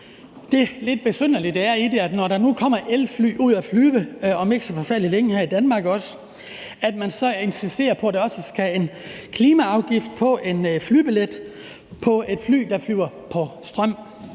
det lidt besynderlige i, at man, når der nu kommer elfly ud at flyve her i Danmark om ikke så forfærdelig længe, så insisterer på, at der også skal en klimaafgift på en flybillet til et fly, der flyver på strøm.